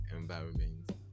environment